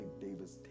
Davis